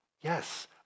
yes